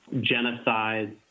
genocide